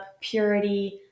purity